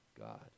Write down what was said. God